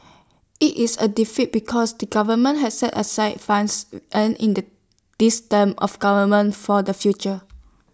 IT is A defeat because the government has set aside funds earned in the this term of government for the future